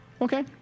Okay